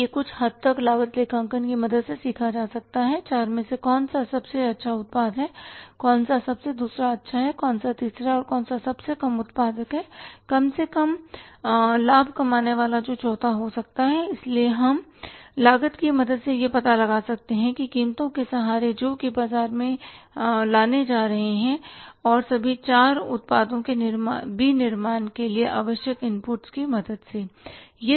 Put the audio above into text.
तो यह कुछ हद तक लागत लेखांकन की मदद से सीखा जा सकता है कि चार में से कौन सा सबसे अच्छा उत्पाद है कौन सा दूसरा सबसे अच्छा है कौन सा तीसरा है और कौन सा सबसे कम उत्पादक है कम से कम लाभ कमाने वाला जो चौथा हो सकता है इसलिए हम लागत की मदद से यह पता लगा सकते हैं कि कीमतों के सहारे जो कि हम बाजार से लाने जा रहे हैं और सभी चार उत्पादों के विनिर्माण के लिए आवश्यक इनपुट्स की मदद से